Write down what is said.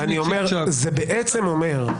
זה בעצם אומר,